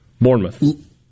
Bournemouth